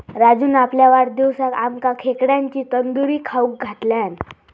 राजून आपल्या वाढदिवसाक आमका खेकड्यांची तंदूरी खाऊक घातल्यान